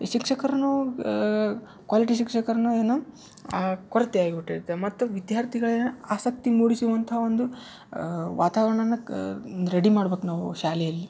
ಈ ಶಿಕ್ಷಕರೂನು ಕ್ವಾಲಿಟಿ ಶಿಕ್ಷಕರೂನು ಏನು ಕೊರತೆ ಆಗ್ಬಿಟ್ಟಿರುತ್ತೆ ಮತ್ತು ವಿದ್ಯಾರ್ಥಿಗಳಿಗೆ ಆಸಕ್ತಿ ಮೂಡಿಸುವಂಥ ಒಂದು ವಾತಾವರಣನ ರೆಡಿ ಮಾಡ್ಬೇಕು ನಾವು ಶಾಲೆಯಲ್ಲಿ